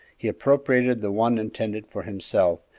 he appropriated the one intended for himself,